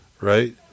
right